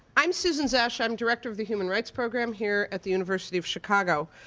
i'm susan so gzesh. i'm director of the human rights program here at the university of chicago.